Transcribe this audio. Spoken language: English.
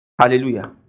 Hallelujah